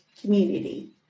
community